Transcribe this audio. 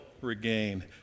regain